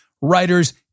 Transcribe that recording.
writers